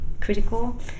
critical